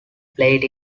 played